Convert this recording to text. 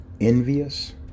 envious